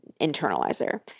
internalizer